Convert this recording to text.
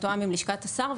מתואם עם לשכת השר.